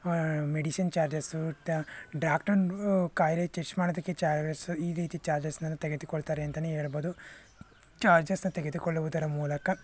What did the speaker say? medicine charges ತ ಡಾಕ್ಟ್ರನ್ನೂ ಕಾಯಿಲೆ ಟೆಸ್ಟ್ ಮಾಡೋದಕ್ಕೆ ಚಾರ್ಜಸ್ಸು ಈ ರೀತಿ ಚಾರ್ಜಸ್ ಅನ್ನು ತೆಗೆದುಕೊಳ್ತಾರೆ ಅಂತಲೇ ಹೇಳ್ಬೋದು ಚಾರ್ಜಸ್ನ ತೆಗೆದುಕೊಳ್ಳುವುದರ ಮೂಲಕ